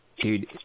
Dude